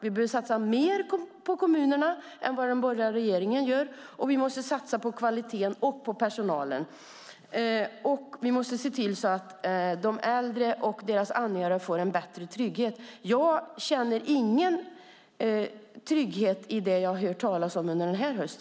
Vi behöver satsa mer på kommunerna än vad den borgerliga regeringen gör, och vi måste satsa på kvaliteten och personalen. Vi måste också se till att de äldre och deras anhöriga får en bättre trygghet. Jag känner ingen trygghet i det jag har hört talas om under denna höst.